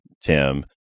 Tim